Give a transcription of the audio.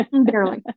Barely